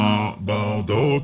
בהודעות,